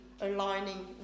Aligning